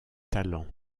talent